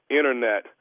Internet